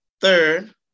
Third